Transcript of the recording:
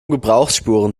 gebrauchsspuren